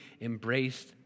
embraced